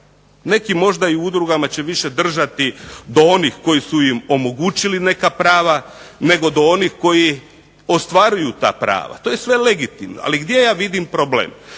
neki možda i u udrugama će više držati do onih koji su im omogućili neka prava nego do onih koji ostvaruju ta prava. To je sve legitimno, ali gdje ja vidim problem?